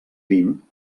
vint